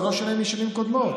זה לא שונה משנים קודמות.